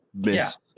Miss